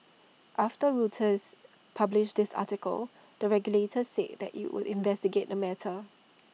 after Reuters published this article the regulator said that IT would investigate the matter